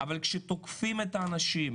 אבל כשתוקפים את האנשים,